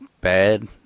bad